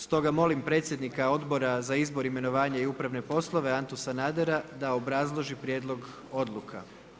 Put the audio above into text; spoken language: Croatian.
Stoga molim predsjednika Odbora za izbor, imenovanje, i upravne poslove Antu Sanadera da obrazloži prijedlog odluka.